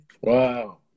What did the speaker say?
Wow